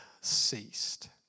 ceased